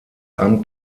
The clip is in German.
amt